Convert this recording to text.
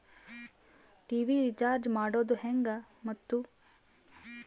TV recharge ಮಾಡೋದು ಹೆಂಗ ಮತ್ತು?